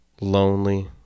lonely